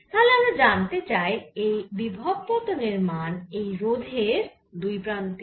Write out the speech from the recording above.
তাহলে আমরা জানতে চাই এই বিভব পতনের মান এই রোধের দুই প্রান্তে